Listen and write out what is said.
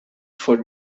for